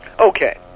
Okay